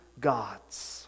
God's